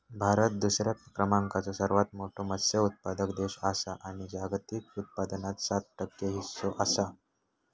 भारत दुसऱ्या क्रमांकाचो सर्वात मोठो मत्स्य उत्पादक देश आसा आणि जागतिक उत्पादनात सात टक्के हीस्सो आसा